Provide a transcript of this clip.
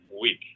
week